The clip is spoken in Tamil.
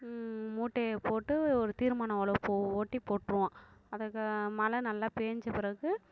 மூட்டைய போட்டு ஒரு தீர்மான ஒழவு இப்போ ஓட்டி போட்டுருவோம் அதை மழை நல்லா பெஞ்ச பிறகு